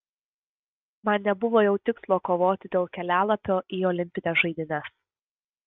man nebuvo jau tikslo kovoti dėl kelialapio į olimpines žaidynes